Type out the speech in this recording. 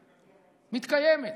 מתקיים.